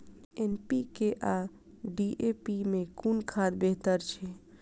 NPK आ DAP मे कुन खाद बेहतर अछि?